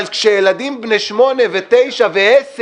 אבל כשילדים בני 8, ו-9 ו-10,